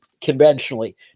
conventionally